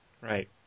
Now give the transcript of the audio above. Right